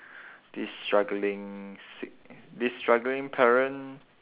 this struggling sick this struggling parent